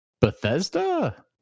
Bethesda